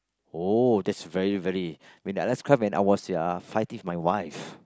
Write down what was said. oh that's very very when I last cry was fighting my wife